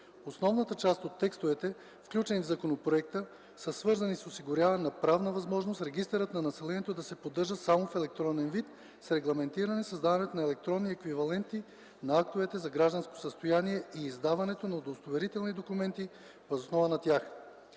Основната част от текстовете, включени в законопроекта, са свързани с осигуряване на правна възможност регистърът на населението да се поддържа само в електронен вид с регламентиране създаването на електронни еквиваленти на актовете за гражданско състояние и издаването на удостоверителни документи въз основа на тях.